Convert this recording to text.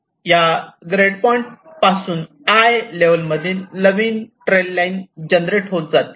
या grade point पासून 'i' level मधील नवीन ट्रेल लाईन जनरेट होतील